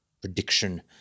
prediction